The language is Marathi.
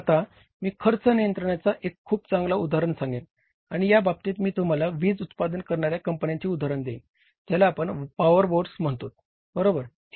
आता मी खर्च नियंत्रणाचा एक खूप चांगला उदाहरण सांगेन आणि या बाबतीत मी तुम्हाला वीज उत्पादन करणाऱ्या कंपन्यांचे उदाहरण देईन ज्याला आपण पावर बोर्ड्स म्हणतोत बरोबर